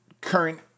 current